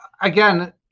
again